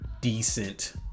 decent